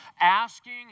asking